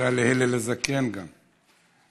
תודה להלל הזקן, גם.